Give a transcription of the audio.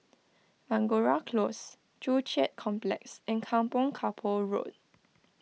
Angora Close Joo Chiat Complex and Kampong Kapor Road